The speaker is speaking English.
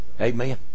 Amen